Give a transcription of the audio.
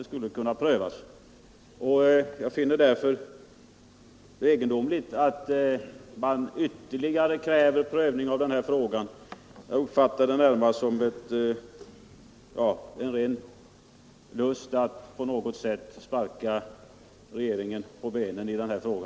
Jag finner det därför egendomligt att man kräver ytterligare prövning. Jag uppfattar det närmast som en lust att på något sätt sparka regeringen på benen i denna fråga.